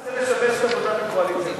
אל תנסה לשבש את עבודת הקואליציה.